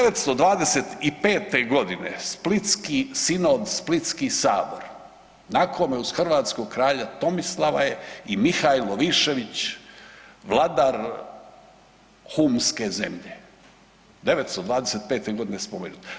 925. godine splitski sinod, splitski sabor, na kome uz hrvatskog kralja Tomislava i Mihajlo Višević vladar humske zemlje, 925. godine spomenut.